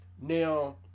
Now